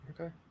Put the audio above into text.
Okay